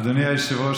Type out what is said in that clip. אדוני היושב-ראש,